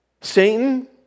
Satan